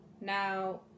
now